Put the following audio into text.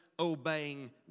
Obeying